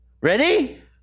Ready